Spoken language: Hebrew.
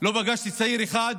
לא פגשתי צעיר אחד